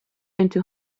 into